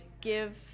give